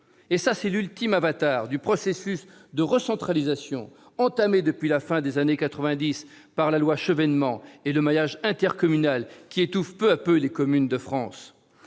périr. C'est l'ultime avatar du processus de recentralisation entamé depuis la fin des années 1990 par la loi Chevènement et le maillage intercommunal qui étouffe peu à peu les communes de France.